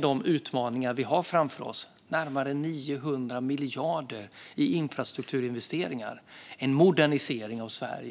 de utmaningar vi har framför oss. Det handlar om 900 miljarder i infrastruktursatsningar och en modernisering av Sverige.